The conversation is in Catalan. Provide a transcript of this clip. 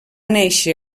néixer